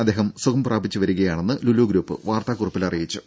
അദ്ദേഹം സുഖം പ്രാപിച്ച് വരികയാണെന്ന് ലുലു ഗ്രൂപ്പ് വാർത്താക്കുറിപ്പിൽ അറിയിച്ചു